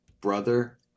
brother